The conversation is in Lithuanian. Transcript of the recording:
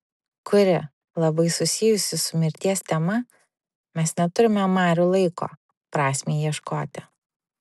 kuri labai susijusi su mirties tema mes neturime marių laiko prasmei ieškoti